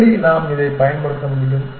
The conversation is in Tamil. எப்படி நாம் இதை பயன்படுத்த முடியும்